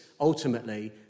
ultimately